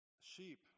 sheep